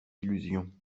illusions